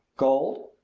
gold!